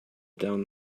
down